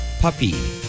puppy